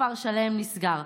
בכפר שלם נסגר,